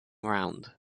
round